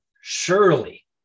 surely